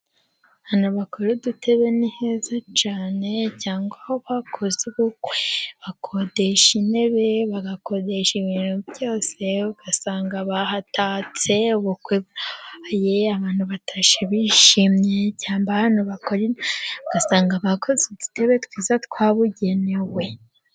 Ahantu bakora udutebe ni heza cyane, cyangwa aho bakoze ubukwe bakodesha intebe, bagakoresha ibintu byose ugasanga bahatatse, ubukwe bwabaye abantu batashye bishimye, cyangwa ahantu bakora intebe ugasanga bakoze udutebe twiza twabugenewe.